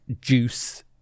juice